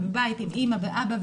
ובית עם אימא ואבא,